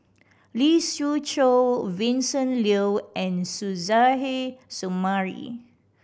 Lee Siew Choh Vincent Leow and Suzairhe Sumari